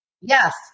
Yes